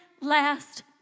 last